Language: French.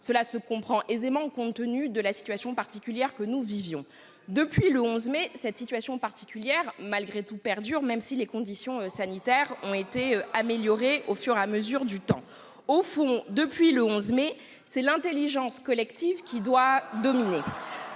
Cela se comprenait aisément, compte tenu de la situation particulière que nous vivions. Depuis le 11 mai, cette situation particulière perdure malgré tout, même si les conditions sanitaires se sont améliorées au fur et à mesure du temps. Au fond, depuis le 11 mai, ce qui doit dominer,